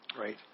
right